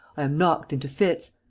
am knocked into fits.